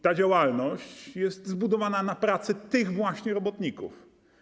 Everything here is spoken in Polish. Ta działalność jest zbudowana na pracy tych właśnie robotników.